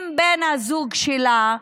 עם בן הזוג שלה,